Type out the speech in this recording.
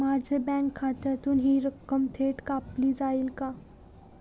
माझ्या बँक खात्यातून हि रक्कम थेट कापली जाईल का?